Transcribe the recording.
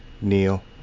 Neil